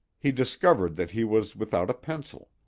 he discovered that he was without a pencil.